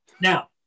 Now